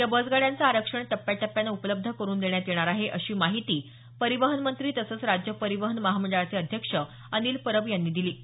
या बस गाड्यांचं आरक्षण टप्प्याटप्प्याने उपलब्ध करुन देण्यात येणार आहे अशी माहिती परिवहन मंत्री तसंच राज्य परिवहन महामंडळाचे अध्यक्ष अनिल परब यांनी दिली